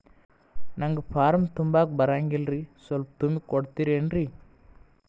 ನಂಗ ಫಾರಂ ತುಂಬಾಕ ಬರಂಗಿಲ್ರಿ ಸ್ವಲ್ಪ ತುಂಬಿ ಕೊಡ್ತಿರೇನ್ರಿ?